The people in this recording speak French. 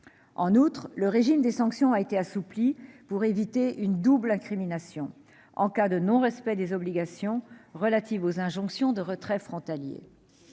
En outre, le régime des sanctions a été assoupli pour éviter une double incrimination en cas de non-respect des obligations relatives aux injonctions transfrontalières